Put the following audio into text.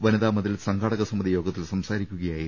വനിതാമതിൽ സംഘാ ടക സമിതി യോഗത്തിൽ സംസാരിക്കുകയായിരുന്നു